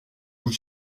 vous